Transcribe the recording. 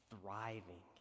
thriving